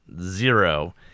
zero